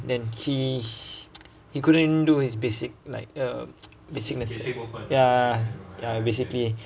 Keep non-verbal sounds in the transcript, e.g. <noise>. then he <noise> he couldn't do his basic like uh <noise> basic necces~ ya ya basically